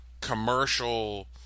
commercial